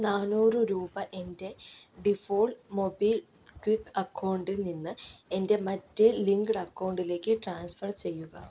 നാന്നൂറ് രൂപ എൻ്റെ ഡിഫോൾട്ട് മൊബിക്വിക്ക് അക്കൗണ്ടിൽ നിന്ന് എൻ്റെ മറ്റേ ലിങ്ക്ഡ് അക്കൗണ്ടിലേക്ക് ട്രാൻസ്ഫർ ചെയ്യുക